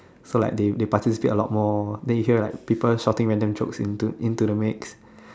so like they they participate a lot more then you hear like people shouting random jokes into into the mix